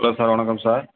hello sir வணக்கம் sir